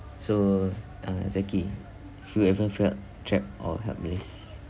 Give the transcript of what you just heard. so uh zaki have you ever felt trapped or helpless